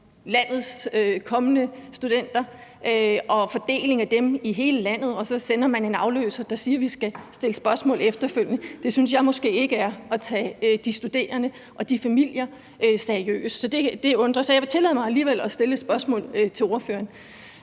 landets kommende studenter og fordelingen af dem i hele landet, og at man så sender en afløser, der siger, at vi skal stille spørgsmål efterfølgende. Det synes jeg måske ikke er at tage de studerende og de familier seriøst. Så det undrer. Jeg vil så alligevel tillade mig at stille et spørgsmål til ordføreren,